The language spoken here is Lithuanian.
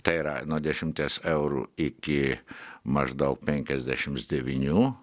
tai yra nuo dešimties eurų iki maždaug penkiasdešims devynių